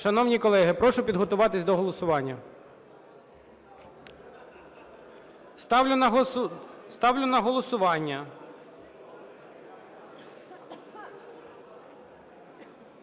Шановні колеги, прошу підготуватись до голосування. Ставлю на голосування…